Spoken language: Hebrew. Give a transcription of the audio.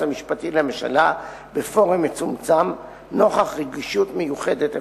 המשפטי לממשלה בפורום מצומצם נוכח רגישות מיוחדת אפשרית.